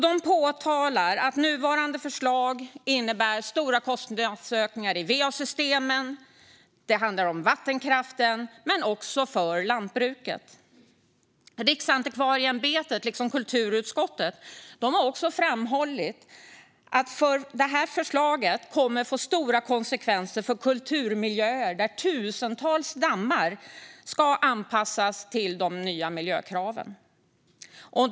De påpekar att nuvarande förslag innebär stora kostnadsökningar när det gäller va-systemen. Det handlar om vattenkraften men också om lantbruket. Riksantikvarieämbetet liksom kulturutskottet har också framhållit att förslaget kommer att få stora konsekvenser för kulturmiljöer, där tusentals dammar ska anpassas till de nya miljökraven.